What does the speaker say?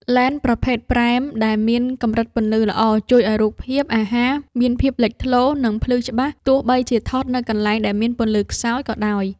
លែនប្រភេទ ព្រែម ដែលមានកម្រិតពន្លឺល្អ ជួយឱ្យរូបភាពអាហារមានភាពលេចធ្លោ និងភ្លឺច្បាស់ទោះបីជាថតនៅកន្លែងដែលមានពន្លឺខ្សោយក៏ដោយ។